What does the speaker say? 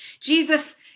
Jesus